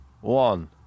One